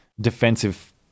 defensive